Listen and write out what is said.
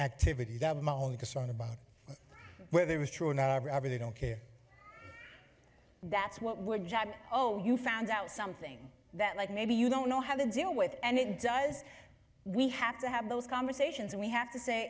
activity that i'm only concerned about whether it was true or not i really don't care that's what would job oh you found out something that like maybe you don't know how to deal with it and it does we have to have those conversations and we have to say